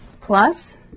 plus